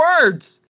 words